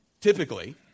Typically